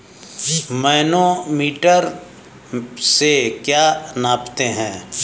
Manometer से क्या नापते हैं?